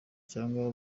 cyangwa